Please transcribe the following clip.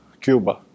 Cuba